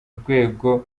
rwego